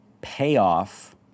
payoff